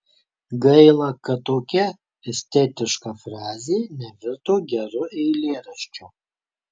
gaila kad tokia estetiška frazė nevirto geru eilėraščiu